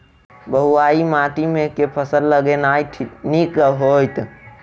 बलुआही माटि मे केँ फसल लगेनाइ नीक होइत?